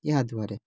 इएह दुआरे